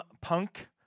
Punk